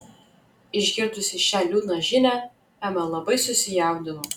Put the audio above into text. išgirdusi šią liūdną žinią ema labai susijaudino